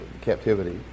captivity